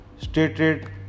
stated